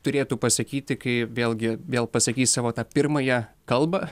turėtų pasakyti kai vėlgi vėl pasakys savo tą pirmąją kalbą